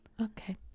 Okay